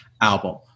album